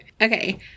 Okay